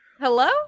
Hello